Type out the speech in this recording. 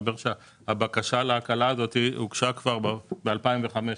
מסתבר שהבקשה להקלה הזאת הוגשה כבר ב-2015.